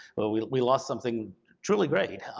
where we we lost something truly great.